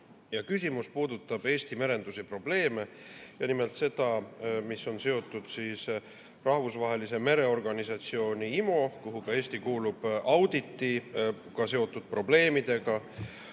Küsimus puudutab Eesti merenduse probleeme ja nimelt seda, mis on seotud Rahvusvahelise Mereorganisatsiooni (IMO), kuhu ka Eesti kuulub, auditiga seotud probleemidega,